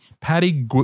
Patty